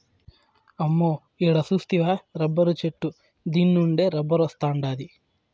అమ్మో ఈడ సూస్తివా రబ్బరు చెట్టు దీన్నుండే రబ్బరొస్తాండాది